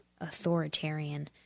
authoritarian